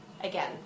again